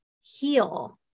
heal